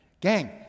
Gang